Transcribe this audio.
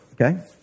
Okay